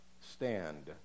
stand